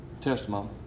Testimony